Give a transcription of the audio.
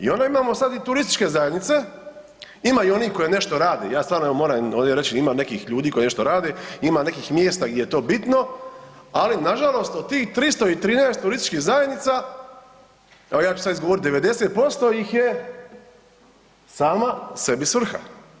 I onda imamo sad i turističke zajednice, ima i onih koji nešto rade, ja stvarno evo moram im ovdje reći da ima nekih ljudi koji nešto rade, ima nekih mjesta gdje je to bitno, ali nažalost od tih 313 turističkih zajednica, evo ja ću sad izgovorit 90% ih je sama sebi svrha.